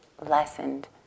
lessened